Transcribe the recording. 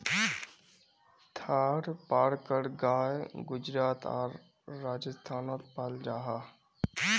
थारपारकर गाय गुजरात आर राजस्थानोत पाल जाहा